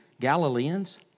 Galileans